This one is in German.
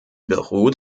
beruht